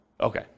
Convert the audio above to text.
Okay